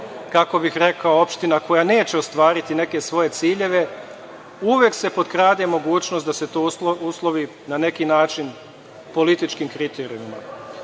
biti opština koja neće ostvariti neke svoje ciljeve, uvek se potkrade mogućnost da se to uslovi na neki način političkim kriterijumima. Kako